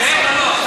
לא לא.